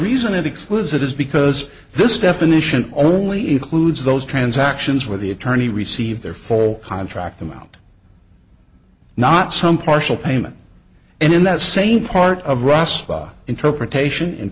reason it excludes it is because this definition only includes those transactions where the attorney received their full contract amount not some partial payment and in that same part of russia interpretation